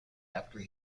after